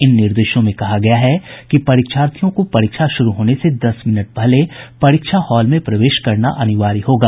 इन निर्देशों में कहा गया है कि परीक्षार्थियों को परीक्षा शुरू होने से दस मिनट पहले परीक्षा हॉल में प्रवेश करना अनिवार्य होगा